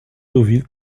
deauville